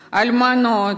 אלמנות,